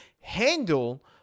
handle